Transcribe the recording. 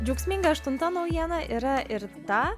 džiaugsminga aštunta naujiena yra ir ta